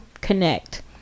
connect